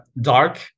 dark